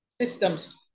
systems